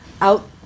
out